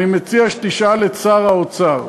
אני מציע שתשאל את שר האוצר.